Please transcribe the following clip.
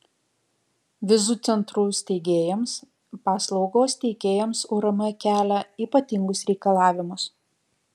vizų centrų steigėjams paslaugos teikėjams urm kelia ypatingus reikalavimus